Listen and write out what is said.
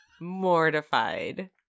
Mortified